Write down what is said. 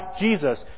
Jesus